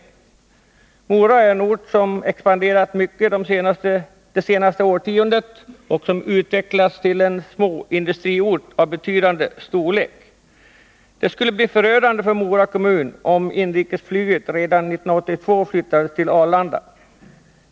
Mora är en ort som expanderat mycket det senaste årtiondet och som utvecklats till en småindustriort av betydande storlek. Det skulle bli förödande för Mora kommun, om inrikesflyget redan 1982 flyttades till Arlanda.